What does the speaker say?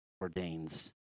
ordains